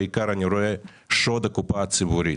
בעיקר אני רואה את שוד הקופה הציבורית.